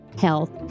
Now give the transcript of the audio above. health